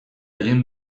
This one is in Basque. egin